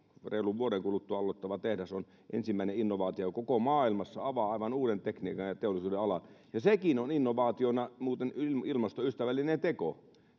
reilun vuoden kuluttua aloittava tehdas on ensimmäinen innovaatio koko maailmassa avaa aivan uuden tekniikan ja teollisuuden alan ja sekin on innovaationa muuten ilmastoystävällinen teko